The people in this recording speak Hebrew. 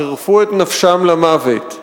חירפו את נפשם למוות,